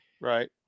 Right